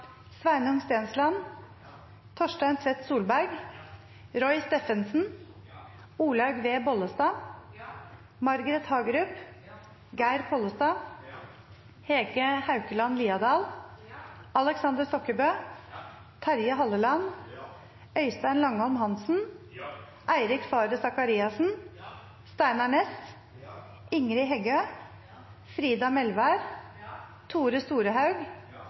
Sveinung Stensland, Torstein Tvedt Solberg, Roy Steffensen, Olaug V. Bollestad, Margret Hagerup, Geir Pollestad, Hege Haukeland Liadal, Aleksander Stokkebø, Terje Halleland, Øystein Langholm Hansen, Eirik Faret Sakariassen, Steinar Ness, Ingrid Heggø, Frida Melvær, Tore Storehaug,